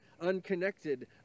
unconnected